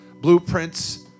blueprints